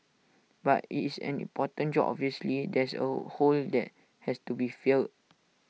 but IT is an important job obviously there's A hole that has to be filled